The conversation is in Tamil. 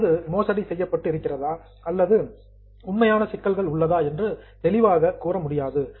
ஏதாவது ஃபிராடு மோசடி செய்யப்பட்டு இருக்கிறதா அல்லது ஜெனியூன் பிராப்ளம்ஸ் உண்மையான சிக்கல்கள் உள்ளதா என்று தெளிவாக கூற முடியாது